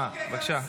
הינה,